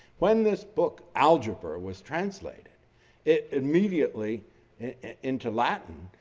when this book, algebra, was translated it immediately into latin,